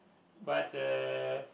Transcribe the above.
but uh